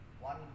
one